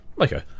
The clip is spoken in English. Okay